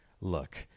look